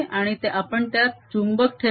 आणि आपण त्यात चुंबक ठेवले